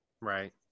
Right